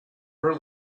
her